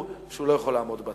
שהוא לא יכול לעמוד בה.